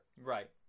Right